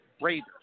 Raiders